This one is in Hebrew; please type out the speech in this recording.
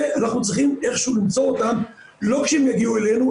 ואנחנו צריכים איך שהוא למצוא אותם לא כשהם יגיעו אלינו,